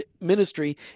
ministry